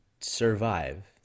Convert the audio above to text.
survive